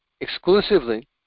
exclusively